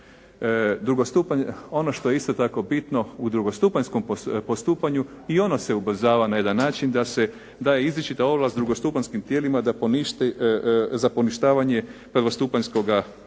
Ono što je isto tako bitno u drugostupanjskom postupanju i ono se ubrzava na jedan način daje izričita ovlast drugostupanjskim tijelima za poništavanje prvostupanjskih odluka